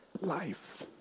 life